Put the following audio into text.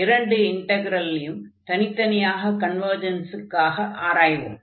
இரண்டு இன்டக்ரலையும் தனித்தனியாக கன்வர்ஜன்ஸுக்காக ஆராய்வோம்